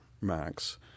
max